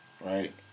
right